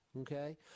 Okay